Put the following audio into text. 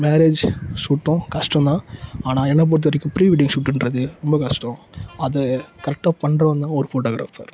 marriage ஷூட்டும் கஷ்டம் தான் ஆனால் என்னை பொறுத்த வரைக்கும் ப்ரீ வெட்டிங் ஷூட்டுன்றது ரொம்ப கஷ்டம் அதை கரெக்டாக பண்ணுறவன் தான் ஒரு ஃபோட்டோகிராஃபர்